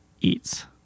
eats